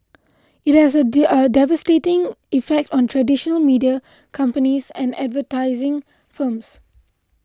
it has a devastating effect on traditional media companies and advertising firms